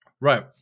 Right